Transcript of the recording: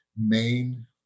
main